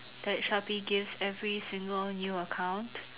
that Shopee gives every single new account